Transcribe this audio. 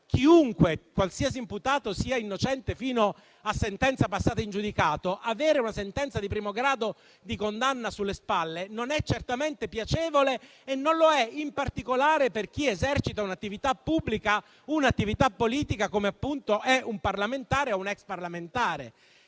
chiunque, qualsiasi imputato, sia innocente fino a sentenza passata in giudicato, avere una sentenza di condanna di primo grado sulle spalle non è certamente piacevole e non lo è in particolare per chi esercita un'attività pubblica politica come un parlamentare o un ex parlamentare.